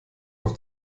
auf